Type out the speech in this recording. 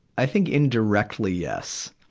i think indirectly, yes.